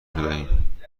بدهیم